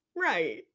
right